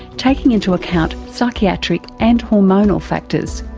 taking into account psychiatric and hormonal factors.